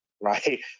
right